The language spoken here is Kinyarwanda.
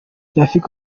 rafiki